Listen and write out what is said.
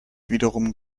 wiederum